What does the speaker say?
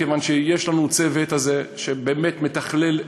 כיוון שיש לנו הצוות הזה שבאמת מתכלל.